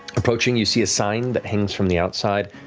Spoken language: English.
approaching, you see a sign that hangs from the outside.